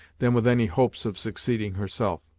than with any hopes of succeeding herself.